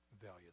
Value